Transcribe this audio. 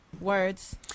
words